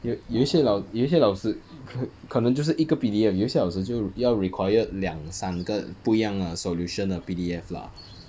有有一些老有些老师可可能就是一个 P_D_F 有一些老师就要 required 两三个不一样的 solution 的 P_D_F lah